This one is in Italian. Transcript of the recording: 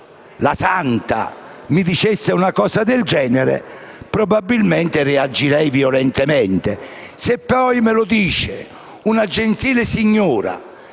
una Santa mi dicessero una cosa del genere, probabilmente reagirei violentemente. Se poi me lo dovesse dire una gentile signora